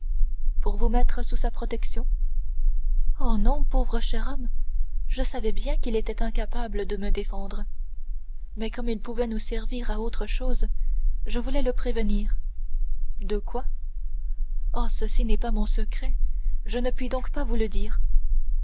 pour vous mettre sous sa protection oh non pauvre cher homme je savais bien qu'il était incapable de me défendre mais comme il pouvait nous servir à autre chose je voulais le prévenir de quoi oh ceci n'est pas mon secret je ne puis donc pas vous le dire